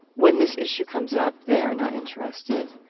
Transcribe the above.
when this issue comes up, they're not interested.